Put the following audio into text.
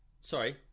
Sorry